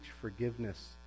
forgiveness